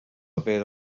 paper